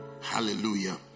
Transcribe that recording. Hallelujah